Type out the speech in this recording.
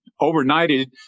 overnighted